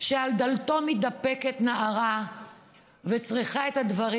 שעל דלתו מתדפקת נערה וצריכה את הדברים,